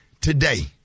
today